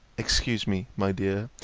excuse me, my dear,